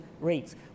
rates